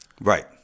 Right